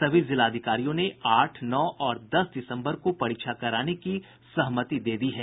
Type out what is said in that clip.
सभी जिलाधिकारियों ने आठ नौ और दस दिसम्बर को परीक्षा कराने की सहमति दे दी है